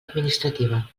administrativa